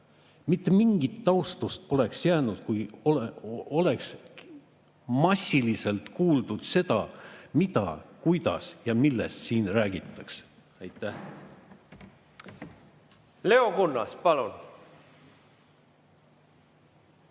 Mitte mingit austust poleks alles, kui massiliselt kuuldaks, mida ja kuidas ja millest siin räägitakse. Aitäh! Leo Kunnas, palun!